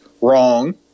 Wrong